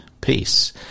peace